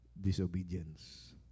disobedience